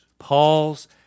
Paul's